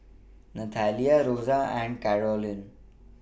Nathalia Rosa and Carolyn